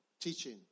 Teaching